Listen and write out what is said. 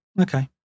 okay